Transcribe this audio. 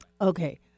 Okay